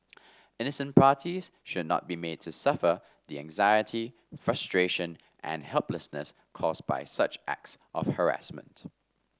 innocent parties should not be made to suffer the anxiety frustration and helplessness caused by such acts of harassment